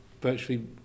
virtually